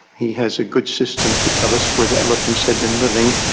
he has a good system to tell us where the elephants have been living.